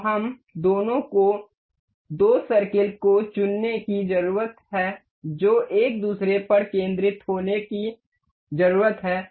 तो हम दोनों को दो सर्किलों को चुनने की जरूरत है जो एक दूसरे पर केंद्रित होने की जरूरत है